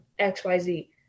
xyz